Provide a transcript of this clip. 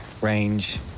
range